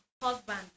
Husband